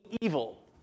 evil